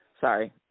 Sorry